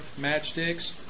matchsticks